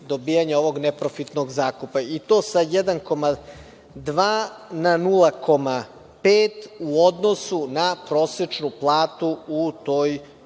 dobijanja ovog neprofitnog zakupa i to sa 1,2 na 0,5 u odnosu na prosečnu platu u toj